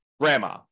grandma